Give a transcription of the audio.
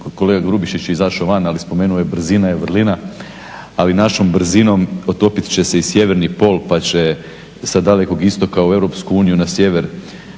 kolega Grubišić je izašao van, ali spomenuo je brzina je vrlina. Ali našom brzinom otopit će se i sjeverni pol, pa će sa Dalekog Istoka u Europsku